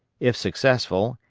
if successful,